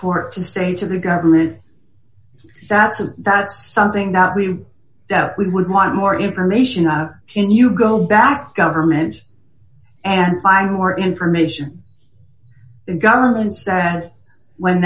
court to say to the government that's it that's something that we that we would want more information i can you go back to government and find more information in governments and when